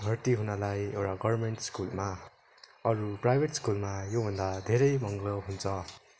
भर्ती हुनलाई एउटा गर्मेन्ट स्कुलमा अरू प्राइभेट स्कुलमा योभन्दा धेरै महँगो हुन्छ